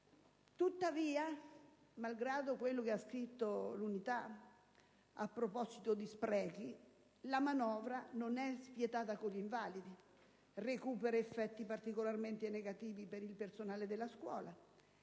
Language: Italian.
Province. Malgrado quello che ha scritto «l'Unità» a proposito di sprechi, la manovra non è spietata con gli invalidi, recupera effetti particolarmente negativi per il personale della scuola